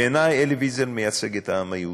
בעיני, אלי ויזל מייצג את העם היהודי: